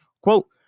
Quote